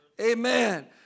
Amen